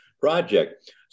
project